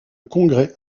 congrès